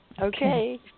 Okay